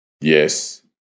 Yes